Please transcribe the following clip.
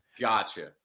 Gotcha